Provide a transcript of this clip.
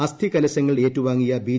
അസ്ഥി കലശങ്ങൾ ഏറ്റുവാങ്ങിയ ബി